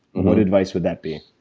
what advice would that be?